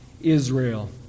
Israel